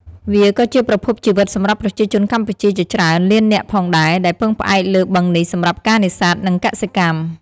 វាក៏ជាប្រភពជីវិតសម្រាប់ប្រជាជនកម្ពុជាជាច្រើនលាននាក់ផងដែរ ដែលពឹងផ្អែកលើបឹងនេះសម្រាប់ការនេសាទ និងកសិកម្ម។